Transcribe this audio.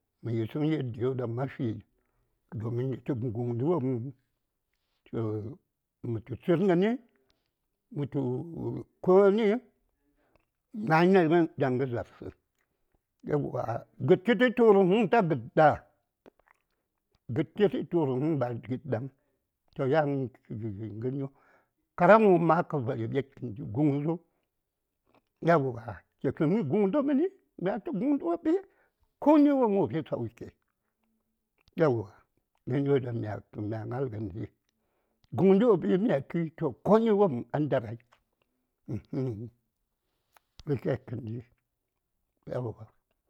﻿Mə yisəŋ yediyo daŋ ma fi tə game tə guŋdə wom tu mə tu tsəngəni mə tu konii daŋ kə zaarsə, yauwa! gəd chitə tuurəŋ ta gəd ɗa? Gəd chi tə tuurəŋ ba gəd daŋ. Toh yanchin vii ngərwon kag̣ən wom ma kə vari ɓet kəndi Gungsu yauwa tə fimi guŋdə məni mya tu guŋdə wopi ko ni womp wo fi sauki yauwa g̱əryo ɗaŋ mya mya ŋal gəndi guŋdə wopi mya tuyi toh koni womp a ndarai uhhn gərshes ŋəndi yauwa.